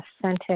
authentic